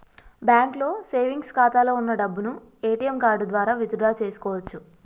బ్యాంకులో సేవెంగ్స్ ఖాతాలో వున్న డబ్బును ఏటీఎం కార్డు ద్వారా విత్ డ్రా చేసుకోవచ్చు